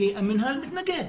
כי המנהל מתנגד.